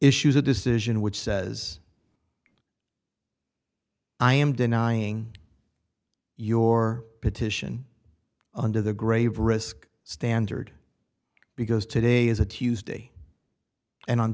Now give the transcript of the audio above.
issues a decision which says i am denying your petition under the grave risk standard because today is a tuesday and on